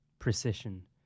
Precision